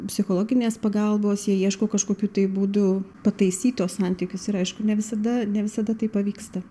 psichologinės pagalbos jie ieško kažkokių tai būdų pataisyt tuos santykius ir aišku ne visada ne visada tai pavyksta